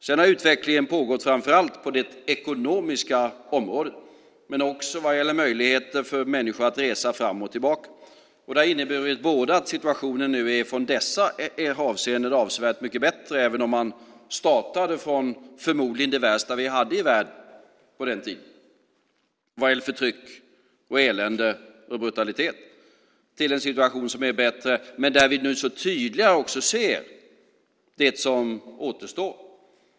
Sedan har utvecklingen pågått framför allt på det ekonomiska området. Det gäller också möjligheter för människor att resa fram och tillbaka. Det här har inneburit att situationen i dessa avseenden är avsevärt mycket bättre, även om man startade från det värsta som fanns i världen på den tiden vad gäller förtryck, elände och brutalitet. Situationen är nu bättre, men vi ser tydligt det som återstår.